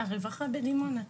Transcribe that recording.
הרווחה בדימונה.